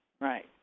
right